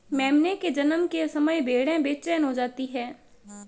मेमने के जन्म के समय भेड़ें बेचैन हो जाती हैं